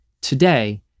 today